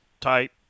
type